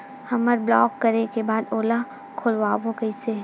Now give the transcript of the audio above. हमर ब्लॉक करे के बाद ओला खोलवाबो कइसे?